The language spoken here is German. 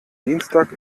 dienstag